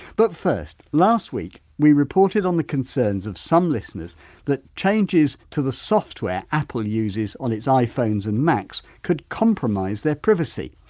but first, last week we reported on the concerns of some listeners that changes to the software apple uses on its iphones and macs could compromise their privacy.